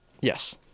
Yes